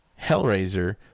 Hellraiser